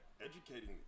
educating